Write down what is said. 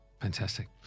Fantastic